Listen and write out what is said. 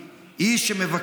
איש של אחוות עמים,